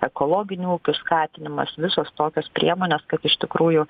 ekologinių ūkių skatinimas visos tokios priemonės kad iš tikrųjų